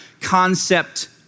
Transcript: concept